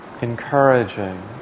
encouraging